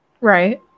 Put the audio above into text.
Right